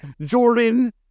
jordan